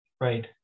Right